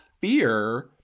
fear